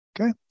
Okay